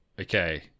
okay